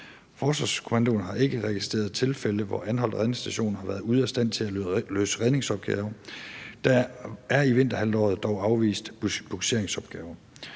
Forsvarskommandoen har ikke registreret tilfælde, hvor Anholt Redningsstation har været ude af stand til at løse redningsopgaver. Der er i vinterhalvåret dog afvist bugseringsopgaver.